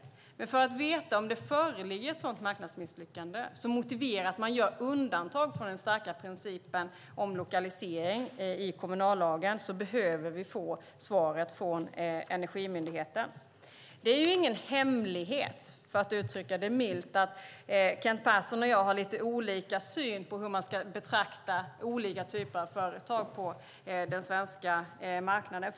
För att veta om ett marknadsmisslyckande som motiverar att man gör undantag från den starka principen om lokalisering i kommunallagen föreligger behöver vi dock få svaret från Energimyndigheten. Det är ingen hemlighet, för att uttrycka det milt, att Kent Persson och jag har lite olika syn på hur man ska betrakta olika typer av företag på den svenska marknaden.